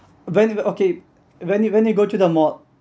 when okay when you when you go to the mall